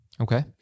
Okay